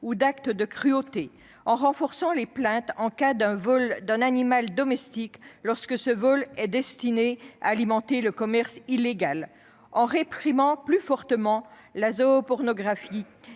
ou d'actes de cruauté, en renforçant les plaintes en cas de vol d'un animal domestique lorsque ce vol est destiné à alimenter le commerce illégal, en réprimant plus fortement la zoopornographie,